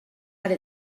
ara